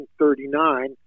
1939